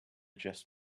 just